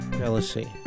jealousy